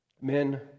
Men